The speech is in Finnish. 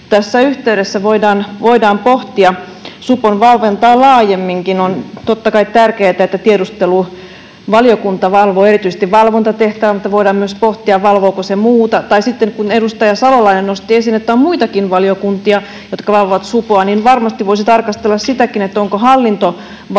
tässä yhteydessä voidaan pohtia Supon valvontaa laajemminkin. On totta kai tärkeätä, että tiedusteluvaliokunta valvoo erityisesti valvontatehtävää, mutta voidaan myös pohtia, valvooko se muuta. Tai sitten kun edustaja Salolainen nosti esiin, että on muitakin valiokuntia, jotka valvovat Supoa, niin varmasti voisi tarkastella sitäkin, onko hallintovaliokunnan